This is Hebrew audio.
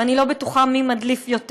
ואני לא בטוחה מי מדליף יותר,